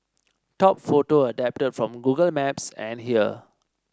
top photo adapted from Google Maps and here